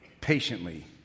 patiently